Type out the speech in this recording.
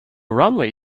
runway